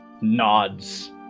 nods